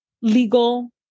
legal